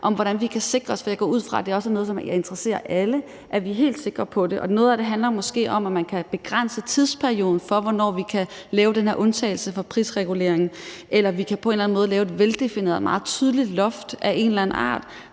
hvordan vi kan sikre det, for jeg går ud fra, at det er noget, som interesserer alle, altså om vi er helt sikre på det. Noget af det handler måske om, om man kan begrænse tidsperioden for, hvornår vi kan lave den her undtagelse fra prisreguleringen, eller om vi på en eller anden måde kan lave et veldefineret og meget tydeligt loft af en eller anden art,